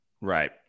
Right